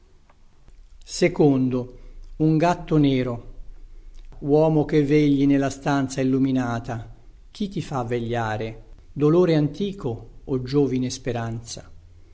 pupilla aperta uomo che vegli nella stanza illuminata chi ti fa vegliare dolore antico o giovine speranza